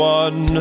one